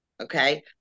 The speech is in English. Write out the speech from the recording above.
Okay